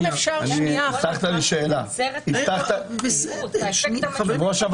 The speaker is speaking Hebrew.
אם אפשר שנייה --- יושב-ראש הוועדה,